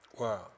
Wow